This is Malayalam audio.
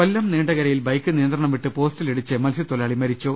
കൊല്ലം നീണ്ടകരയിൽ ബൈക്ക് നിയന്ത്രണംവിട്ട് പോസ്റ്റിലിടിച്ച് മത്സ്യത്തൊഴിലാളി മരിച്ചു